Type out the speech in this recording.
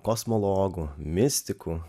kosmologų mistikų